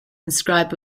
inscribed